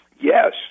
Yes